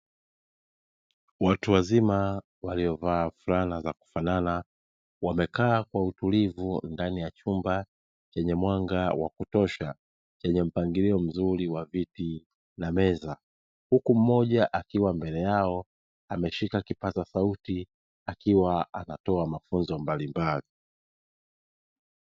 Watu wazima waliovaa fulana zakufanana, wamekaa kwa utulivu ndani ya chumba chenye mwanga wa kutosha chenye mpangilio mzuri wa viti na meza, huku mmoja akiwa mbele yao ameshika kipaza sauti akiwa anatoa mafunzo mbalimbali.